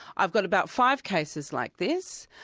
i've got about five cases like this.